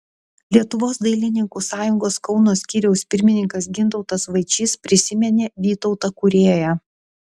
lietuvos dailininkų sąjungos kauno skyriaus pirmininkas gintautas vaičys prisiminė vytautą kūrėją